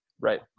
right